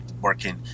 working